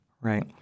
right